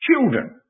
Children